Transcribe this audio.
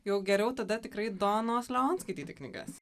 jau geriau tada tikrai donos leon skaityti knygas